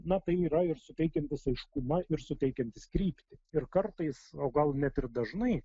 na tai yra ir suteikiantis aiškumą ir suteikiantis kryptį ir kartais o gal net ir dažnai